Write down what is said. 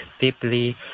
deeply